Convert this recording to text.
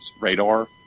radar